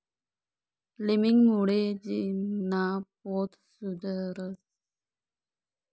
लिमिंगमुळे जमीनना पोत सुधरस